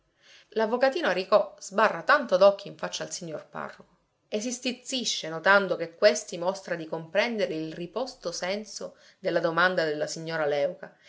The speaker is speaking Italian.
piccine l'avvocatino aricò sbarra tanto d'occhi in faccia al signor parroco e si stizzisce notando che questi mostra di comprendere il riposto senso della domanda della signora léuca